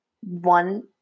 one